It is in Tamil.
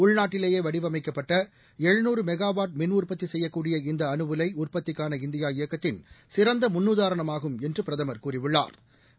உள்நாட்டிலேயேவடிவமைக்கப்பட்ட மெகாவாட் மின்உற்பத்திசெய்யக்கூடிய இந்தஅனுஉலைஉர்பத்திக்கான இந்தியா இயக்கத்தின் சிறந்தமுன்னுதாரணமாகும் என்றுபிரதமா் கூறியுள்ளாா்